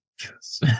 yes